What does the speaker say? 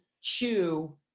chew